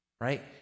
Right